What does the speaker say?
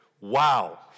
Wow